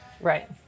Right